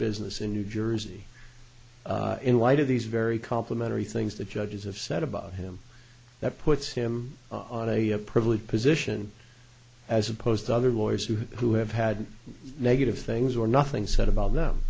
business in new jersey in light of these very complimentary things that judges have said about him that puts him on a privileged position as opposed to other boys who who have had negative things or nothing said about them